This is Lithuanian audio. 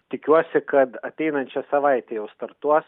tikiuosi kad ateinančią savaitę jau startuos